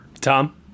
tom